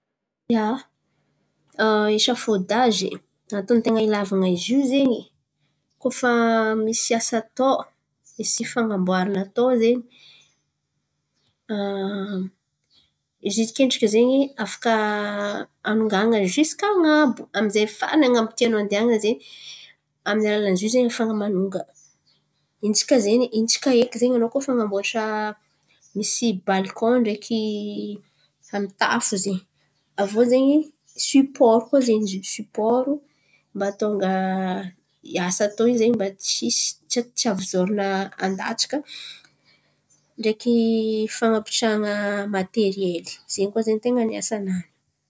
Ia, esafôdazy, antony ten̈a ilàvan̈a izy io zen̈y koa fa misy asa atao misy fan̈amboarana atao zen̈y. Izy io akendriky zen̈y afaka hanongan̈a ziska an̈abo amy zay farany an̈abo tianao andihanan̈a zen̈y amin'ny alalan'izy io zen̈y ahafahan̈a manonga. Intsaka zen̈y intsaka eky zen̈y anao koa fa han̈amboatra misy balikòn ndreky amy tafo zen̈y. Aviô zen̈y sipaoro koa zen̈y izy io sipaoro mba hahatonga i asa atao io zen̈y mba tsisy tsy avozaoran̈a handatsaka ndreky fan̈apitrahan̈a materiely. Zen̈y koa zen̈y ten̈a ny asanany.